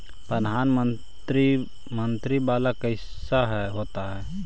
प्रधानमंत्री मंत्री वाला कैसे होता?